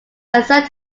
exempt